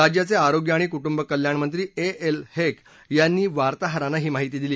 राज्याचे आरोग्य आणि कुटुंब कल्याणमंत्री ए एल हेक यांनी वार्ताहरांना ही माहिती दिली